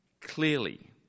clearly